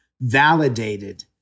validated